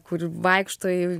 kur vaikšto į